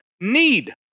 need